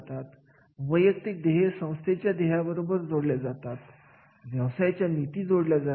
आणि प्रत्येक विभागानुसार याला बक्षीस प्रणाली कसे जोडत असतो